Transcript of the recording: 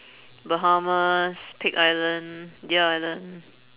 bahamas pig island deer island